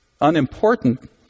unimportant